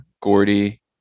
Gordy